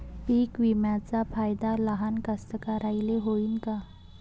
पीक विम्याचा फायदा लहान कास्तकाराइले होईन का?